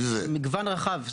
מגוון רחב,